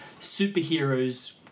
superheroes